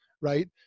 right